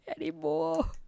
Anymore